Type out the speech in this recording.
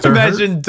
Imagine